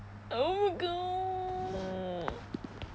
oh